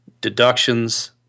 deductions